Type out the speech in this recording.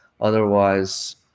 otherwise